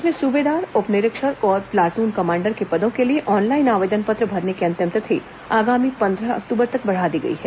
प्रदेश में सुबेदार उप निरीक्षक और प्लाट्न कमांडर के पदों के लिए ऑनलाइन आवेदन पत्र भरने की अंतिम तिथि आगामी पंद्रह अक्टूबर तक बढ़ा दी गई है